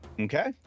Okay